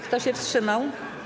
Kto się wstrzymał?